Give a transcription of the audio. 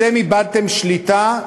אתם איבדתם שליטה,